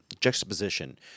juxtaposition